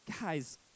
Guys